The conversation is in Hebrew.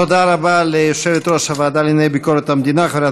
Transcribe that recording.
תודה רבה ליושבת-ראש הוועדה לענייני ביקורת המדינה חברת